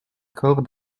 cordes